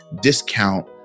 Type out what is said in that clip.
discount